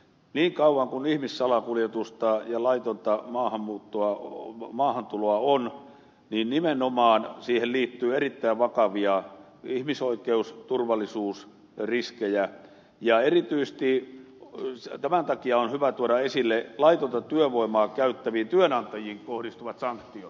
niin kauan kuin ihmissalakuljetusta ja laitonta maahantuloa on siihen nimenomaan liittyy erittäin vakavia ihmisoikeus ja turvallisuusriskejä ja tämän takia on hyvä tuoda esille laitonta työvoimaa käyttäviin työnantajiin kohdistuvat sanktiot